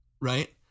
right